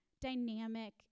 dynamic